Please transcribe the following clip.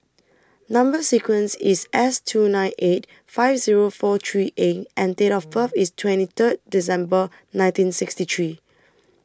Number sequence IS S two nine eight five Zero four three A and Date of birth IS twenty Third December nineteen sixty three